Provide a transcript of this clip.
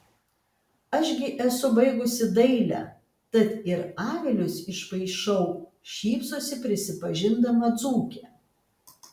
aš gi esu baigusi dailę tad ir avilius išpaišau šypsosi prisipažindama dzūkė